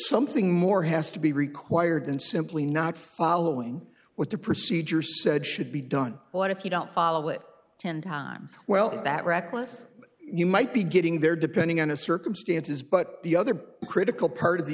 something more has to be required than simply not following what the procedure said should be done what if you don't follow it ten times well is that reckless you might be getting there depending on the circumstances but the other critical part of the